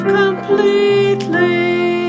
completely